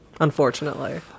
unfortunately